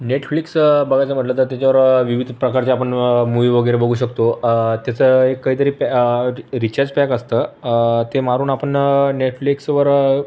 Netflix बघायचं म्हटलं तर त्याच्यावर विविध प्रकारचे आपण मुई वगैरे बघू शकतो त्याचं एक काहीतरी रि रिचार्ज पॅक असतं ते मारून आपण नेटफ्लिक्सवर